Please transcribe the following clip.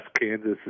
Kansas